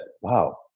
wow